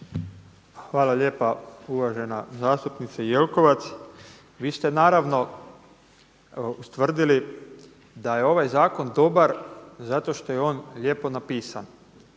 Hvala lijepa. Uvažena zastupnice Jelkovac, vi ste naravno ustvrdili da je ovaj zakon dobar zato što je on lijepo napisan.